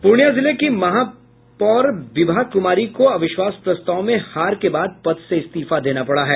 पूर्णियां जिले की महापौर विभा कुमारी को अविश्वास प्रस्ताव में हार के बाद पद से इस्तीफा देना पड़ा है